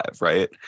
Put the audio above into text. right